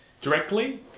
directly